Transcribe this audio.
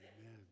Amen